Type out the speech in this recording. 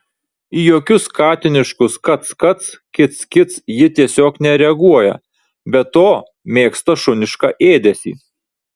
į jokius katiniškus kac kac kic kic ji tiesiog nereaguoja be to mėgsta šunišką ėdesį